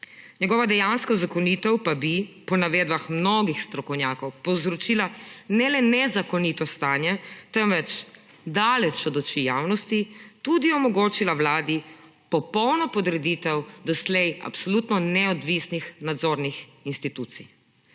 Njegova dejanska uzakonitev pa bi po navedbah mnogih strokovnjakov povzročila ne le nezakonito stanje, temveč daleč od oči javnosti tudi omogočila Vladi popolno podreditev doslej absolutno neodvisnih nadzornih institucij.